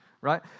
Right